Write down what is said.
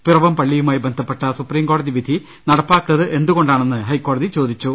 പിറവംപള്ളിയുമായി ബന്ധപ്പെട്ട സുപ്രിംകോടതി വിധി നടപ്പാക്കാ ത്തതെന്ത് കൊണ്ടാണെന്ന് ഹൈക്കോടതി ചോദിച്ചു